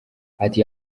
ati